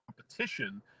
competition